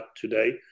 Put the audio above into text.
today